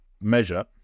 measure